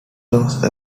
those